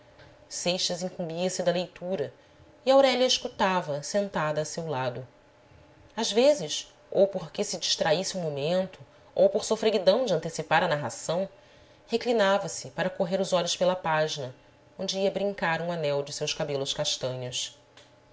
o seu próprio seixas incumbia se da leitura e aurélia escutava sentada a seu lado às vezes ou porque se distraísse um momento ou por sofreguidão de antecipar a narração reclinava se para correr os olhos pela página onde ia brincar um anel de seus cabelos castanhos